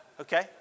Okay